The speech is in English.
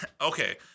Okay